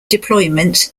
deployment